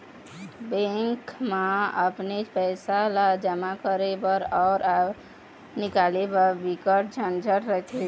bank म अपनेच पइसा ल जमा करे बर अउ निकाले बर बिकट झंझट रथे